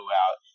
out